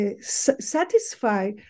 satisfy